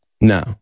No